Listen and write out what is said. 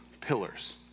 pillars